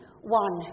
one